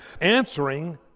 answering